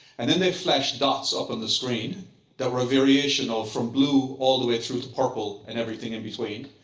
and then they flash dots up on the screen that were a variation of from blue all the way through to purple and everything in between.